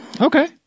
Okay